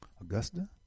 Augusta